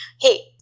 hey